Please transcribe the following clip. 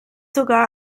sogar